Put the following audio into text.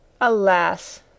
Alas